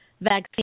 vaccine